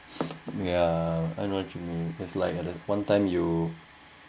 ya I know what you mean is like at one time you